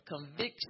conviction